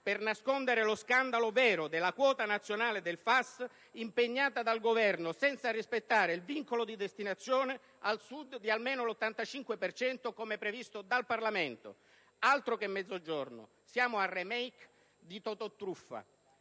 per nascondere lo scandalo vero della quota nazionale del FAS impegnata dal Governo senza rispettare il vincolo di destinazione al Sud di almeno l'85 per cento, come previsto dal Parlamento. Altro che Mezzogiorno! Siamo al *remake* di "Totòtruffa"!